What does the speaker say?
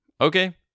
okay